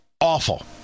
awful